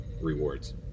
rewards